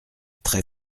très